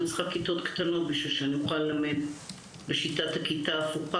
אני צריכה כיתות קטנות כדי שאני אוכל ללמד בשיטת הכיתה ההפוכה,